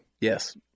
Yes